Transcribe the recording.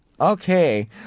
okay